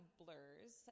blurs